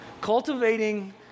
cultivating